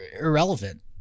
irrelevant